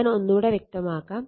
ഞാൻ ഒന്നൂടെ വ്യക്തമാക്കാം